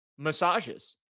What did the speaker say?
massages